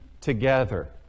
together